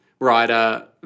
writer